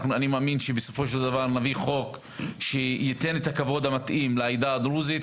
אני מאמין שבסופו של דבר נביא חוק שייתן את הכבוד המתאים לעדה הדרוזית.